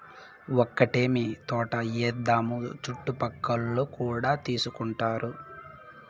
ఒక్కటేమీ తోటే ఏద్దాము చుట్టుపక్కలోల్లు కూడా తీసుకుంటారు